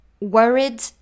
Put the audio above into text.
worried